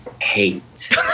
hate